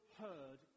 heard